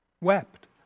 wept